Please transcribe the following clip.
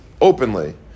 openly